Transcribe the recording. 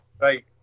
Right